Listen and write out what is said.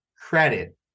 credit